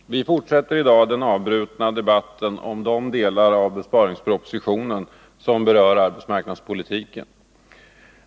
Herr talman! Vi fortsätter i dag den avbrutna debatten om de delar av besparingspropositionen som berör arbetsmarknadspolitiken.